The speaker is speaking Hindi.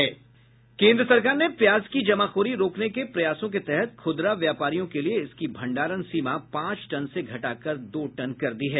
केन्द्र सरकार ने प्याज की जमाखोरी रोकने के प्रयासों के तहत खुदरा व्यापारियों के लिए इसकी भंडारण सीमा पांच टन से घटाकर दो टन कर दी है